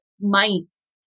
mice